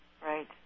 Right